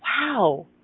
wow